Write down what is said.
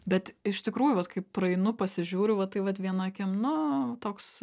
bet iš tikrųjų vat kai praeinu pasižiūriu va tai vat viena akim nu toks